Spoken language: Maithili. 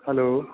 हेल्लो